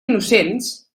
innocents